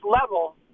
level